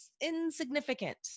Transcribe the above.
Insignificant